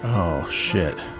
oh shit,